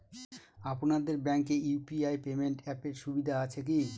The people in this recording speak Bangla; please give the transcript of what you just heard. আপনাদের ব্যাঙ্কে ইউ.পি.আই পেমেন্ট অ্যাপের সুবিধা আছে কি?